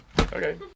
Okay